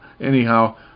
Anyhow